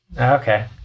Okay